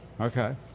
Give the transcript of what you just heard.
Okay